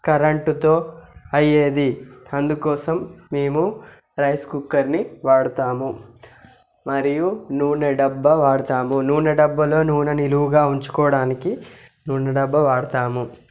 కరెంటుతో అయ్యేది అందుకోసం మేము రైస్ కుక్కర్ని వాడుతాము మరియు నూనె డబ్బా వాడతాము నూనె డబ్బాలో నూనె నిలువ ఉంచుకోవడానికి నూనె డబ్బా వాడతాము